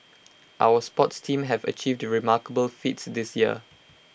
our sports teams have achieved remarkable feats this year